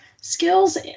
skills